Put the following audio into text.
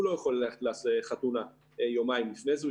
הוא לא יכול ללכת לחתונה יומיים לפני זה.